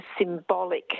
symbolic